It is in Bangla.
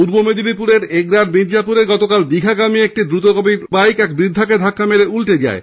পূর্ব মেদিনীপুরের এগরার মির্জাপিরে গতকাল দীঘাগামী একটি দ্রতগতির বাইক এক বৃদ্ধাকে ধাক্কা মেরে উল্টে যায়